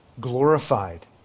glorified